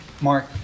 Mark